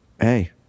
hey